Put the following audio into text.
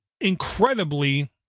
incredibly